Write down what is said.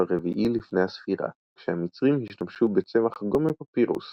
הרביעי לפני הספירה כשהמצרים השתמשו בצמח גומא פפירוס